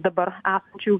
dabar esančių